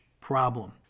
problem